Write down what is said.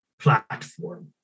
platform